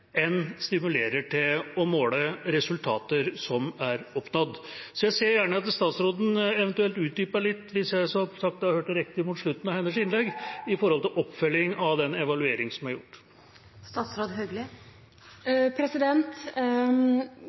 snarere stimulerer til å telle antall tiltak som blir satt i verk, enn til å måle resultater som er oppnådd. Jeg ser gjerne at statsråden eventuelt utdyper litt – hvis jeg, som sagt, hørte riktig mot slutten av hennes innlegg – når det gjelder oppfølgingen av den evalueringen som er gjort.